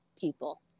people